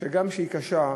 שהיא קשה.